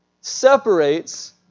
separates